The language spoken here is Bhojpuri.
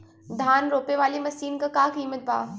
धान रोपे वाली मशीन क का कीमत बा?